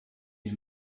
you